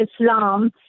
Islam